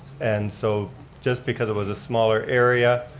and so just because it was a smaller area,